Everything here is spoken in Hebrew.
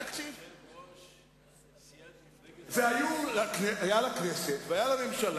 אז זאת אומרת שיש שני יעדי גירעון ויש שתי תקרות ויש שני